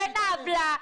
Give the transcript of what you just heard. בן העוולה,